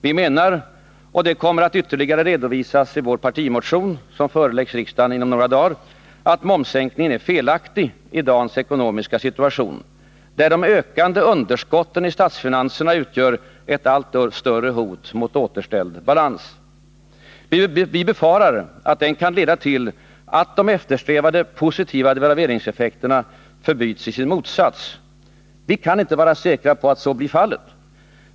Vi menar — och detta kommer att ytterligare redovisas i vår partimotion som föreläggs riksdagen inom några dagar — att momssänkningen är felaktig i dagens ekonomiska situation, där de ökande underskotten i statsfinanserna utgör ett allt större hot mot återställd balans. Vi befarar att den kan leda till att de eftersträvade positiva devalveringseffekterna förbyts i sin motsats. Vi kan inte vara säkra på att så blir fallet.